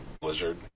blizzard